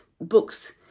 books